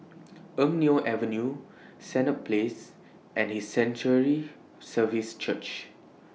Eng Neo Avenue Senett Place and His Sanctuary Services Church